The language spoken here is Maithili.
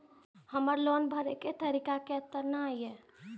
हमर लोन भरे के तारीख केतना ये?